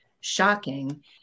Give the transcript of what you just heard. shocking